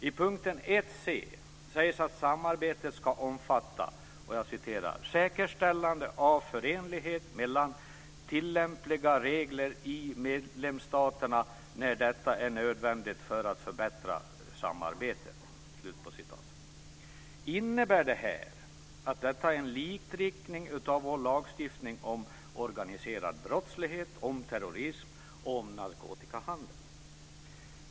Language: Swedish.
I punkt 1 c sägs att samarbetet ska omfatta "säkerställande av förenlighet mellan tillämpliga regler i medlemsstaterna när detta är nödvändigt för att förbättra samarbetet". Innebär det att detta är en likriktning av vår lagstiftning om organiserad brottslighet, om terrorism och om narkotikahandel?